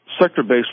Sector-based